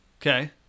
Okay